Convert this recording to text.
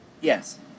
Yes